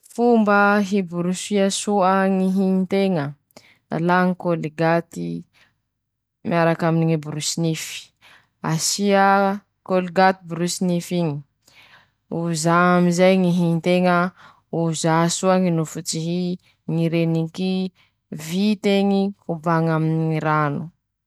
Fomba fiasany ñy aspiratera tena soa aminy ñy efi-traño<ptoa> :ñy fañomañany ñy efitrañon-teña, fampitsofoha ñ'azy aminy ñy lala soa mañ mampangalaky ñy lemboky ;manahaky anizay koa ñy fanava ñ'azy miada, ñy fihodihany aminy ñy traño iabiaby, mangalaky lembo-demboky ie noho ñy loto mbeñimbeñy, manahaky anizay koa ñy famereñany ñy fahaliova aminy ñy tokony.